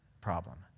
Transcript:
problem